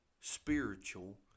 spiritual